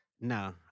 No